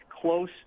close